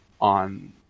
on